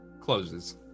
closes